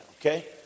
okay